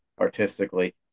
artistically